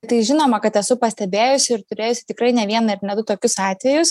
tai žinoma kad esu pastebėjusi ir turėjusi tikrai ne vieną ir ne du tokius atvejus